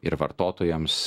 ir vartotojams